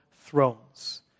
thrones